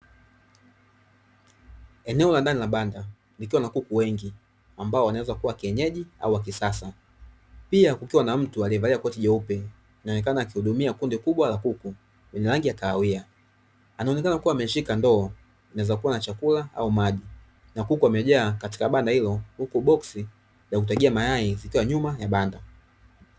Eneo la ndani la banda likiwa na kuku wengi ambao wanaweza kuwa wa kienyeji au wa kisasa, pia kukiwa mtu aliuevalia koti jeupe akionekana akihudumia kuku lenye rangi ya kahawia, anaonekana kuwa ameshika ndoo inaweza kuwa na chakula au maji na kuku wamejaa katika banda hilo huku boksi la kutagia mayai ziikiwa nyuma ya banda.